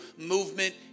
movement